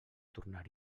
tornar